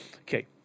okay